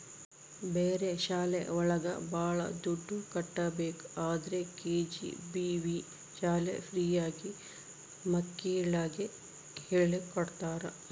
ಬೇರೆ ಶಾಲೆ ಒಳಗ ಭಾಳ ದುಡ್ಡು ಕಟ್ಬೇಕು ಆದ್ರೆ ಕೆ.ಜಿ.ಬಿ.ವಿ ಶಾಲೆ ಫ್ರೀ ಆಗಿ ಮಕ್ಳಿಗೆ ಹೇಳ್ಕೊಡ್ತರ